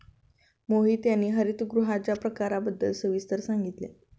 मोहित यांनी हरितगृहांच्या प्रकारांबद्दल सविस्तर सांगितले